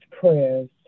prayers